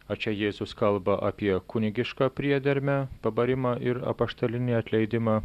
o čia jėzus kalba apie kunigišką priedermę pabarimą ir apaštalinį atleidimą